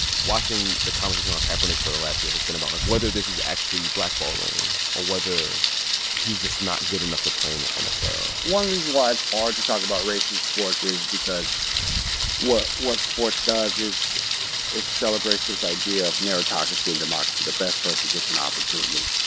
watching the conversation about kaepernick for the last year has been about, like, whether this is actually blackballing or whether he's just not good enough to play in the nfl one reason why it's hard to talk about race in sports is because what what sports does is it celebrates this idea of meritocracy and democracy, the best person gets an opportunity.